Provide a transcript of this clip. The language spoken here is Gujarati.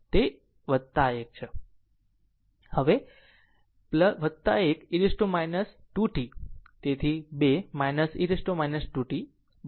તેથી તે 1 હશે 1 e t e t 2 t so 2 e t 2 t બરાબર